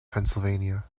pennsylvania